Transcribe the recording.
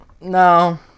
No